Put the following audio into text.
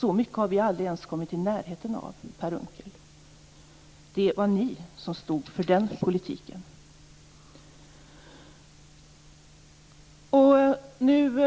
Så mycket har vi aldrig ens kommit i närheten av, Per Unckel! Det var ni som stod för den politiken. Nu